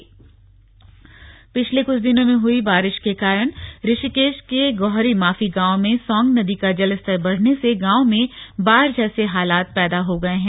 जलस्तर पिछले कुछ दिनों में हई बारिश के कारण ऋषिकेश के गौहरी माफी गांव में सौंग नदी का जलस्तर बढ़ने से गांव में बाढ़ जैसे हालात पैदा हो गये हैं